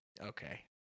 Okay